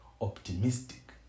optimistic